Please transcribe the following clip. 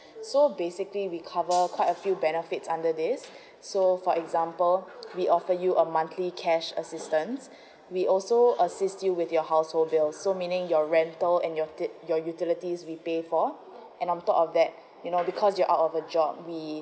so basically we cover quite a few benefits under this so for example we offered you a monthly cash assistance we also assist you with your household bills so meaning your rental and your ti~ your utilities we pay for and on top of that you know because you're out of a job we